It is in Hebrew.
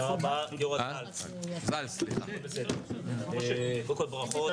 קודם כל ברכות.